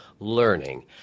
learning